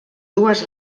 dues